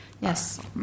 Yes